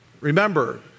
remember